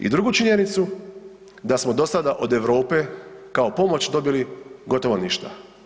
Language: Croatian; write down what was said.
I drugu činjenicu da smo do sada od Europe kao pomoć dobili gotovo ništa.